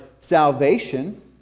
salvation